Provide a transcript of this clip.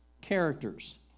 characters